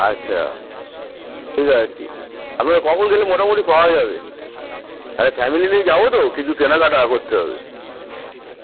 আচ্ছা ঠিক আছে আপনাকে কখন গেলে মোটামুটি পাওয়া যাবে আচ্ ফ্যামিলি নিয়েই যাবো তো কিছু কেনাকাটা করতে হবে